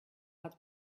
had